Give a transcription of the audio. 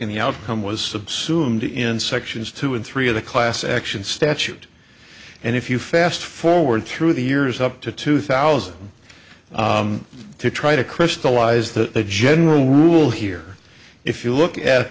in the outcome was subsumed in sections two and three of the class action statute and if you fast forward through the years up to two thousand to try to crystallize the general rule here if you look at